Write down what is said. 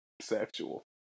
sexual